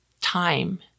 time